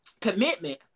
commitment